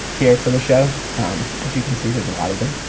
here for the show. as you can see there's a lot of them.